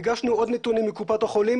ביקשנו עוד נתונים מקופת החולים,